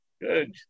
good